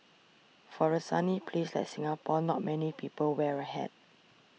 for a sunny place like Singapore not many people wear a hat